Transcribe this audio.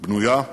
בנויה,